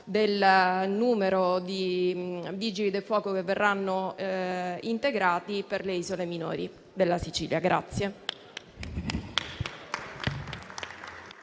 del numero di Vigili del fuoco che verranno integrati per le isole minori della Sicilia.